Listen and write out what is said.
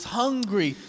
hungry